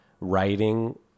writing